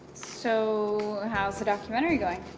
so how's the documentary going?